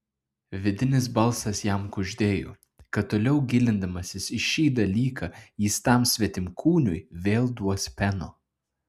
vidinis balsas jam kuždėjo kad toliau gilindamasis į šį dalyką jis tam svetimkūniui vėl duos peno